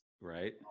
Right